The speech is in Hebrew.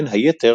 בין היתר